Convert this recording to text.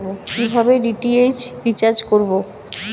কিভাবে DTH recharge করব?